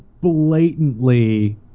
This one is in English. blatantly